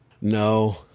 no